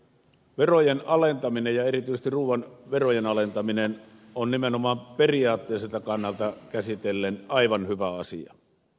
verojen alentaminen ja erityisesti ruuan verojen alentaminen on nimenomaan periaatteelliselta kannalta käsitellen aivan hyvä asia